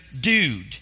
dude